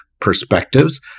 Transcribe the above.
perspectives